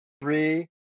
three